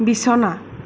বিছনা